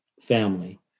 family